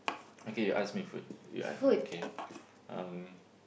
okay you ask me food you ask okay um